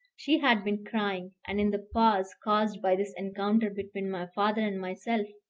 she had been crying, and in the pause caused by this encounter between my father and myself,